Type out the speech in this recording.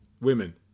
Women